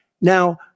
Now